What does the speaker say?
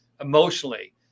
emotionally